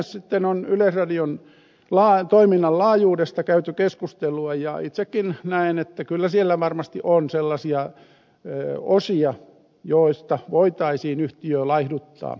sitten on yleisradion toiminnan laajuudesta käyty keskustelua ja itsekin näen että kyllä siellä varmasti on sellaisia osia joista voitaisiin yhtiötä laihduttaa